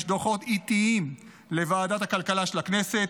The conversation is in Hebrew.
דוחות עיתיים לוועדת הכלכלה של הכנסת,